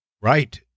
right